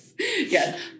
Yes